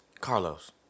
Carlos